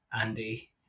Andy